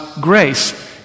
grace